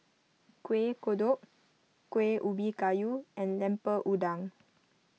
Kuih Kodok Kueh Ubi Kayu and Lemper Udang